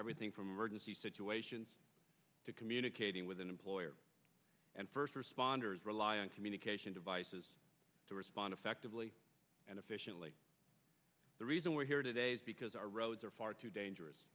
everything from emergency situations to communicating with an employer and first responders rely on communication devices to respond effectively and efficiently the reason we're here to days because our roads are far too dangerous